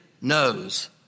knows